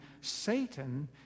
Satan